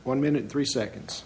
one minute three seconds